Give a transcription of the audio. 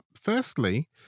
firstly